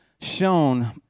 shown